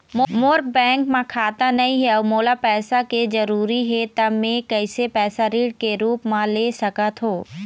मोर bank म खाता नई हे अउ मोला पैसा के जरूरी हे त मे कैसे पैसा ऋण के रूप म ले सकत हो?